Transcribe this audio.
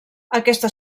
aquesta